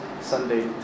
Sunday